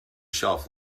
shelf